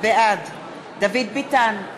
בעד דוד ביטן,